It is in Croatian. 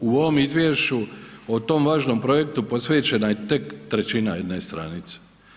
U ovom izvješću o tom važnom projektu posvećena je tek trećina jedna stranice.